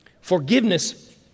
Forgiveness